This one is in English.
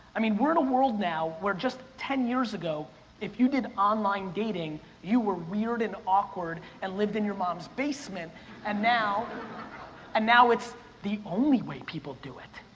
i mean, we're in a world now where just ten years ago if you did online dating you were weird and awkward and lived in your mom's basement and and now it's the only way people do it.